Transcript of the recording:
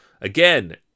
Again